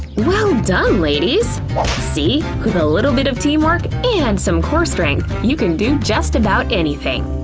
well done, ladies see? with a little bit of team work and some core strength, you can do just about anything.